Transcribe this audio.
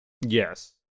Yes